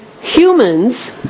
humans